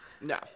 No